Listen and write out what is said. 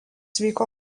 vyko